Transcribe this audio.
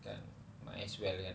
kan might as well kan